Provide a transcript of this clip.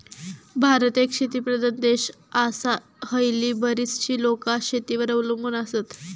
भारत एक शेतीप्रधान देश आसा, हयली बरीचशी लोकां शेतीवर अवलंबून आसत